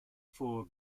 for